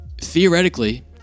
theoretically